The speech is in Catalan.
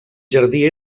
jardí